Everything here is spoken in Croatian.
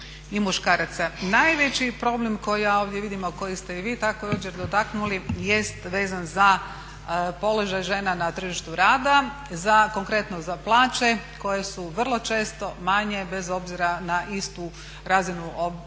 i muškaraca. Najveći problem koji ja ovdje vidim, a koji ste i vi također dotaknuli, jest vezan za položaj žena na tržištu rada, konkretno za plaće koje su vrlo često manje bez obzira na istu razinu obrazovanosti